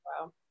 Wow